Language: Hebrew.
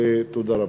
תודה רבה.